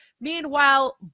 Meanwhile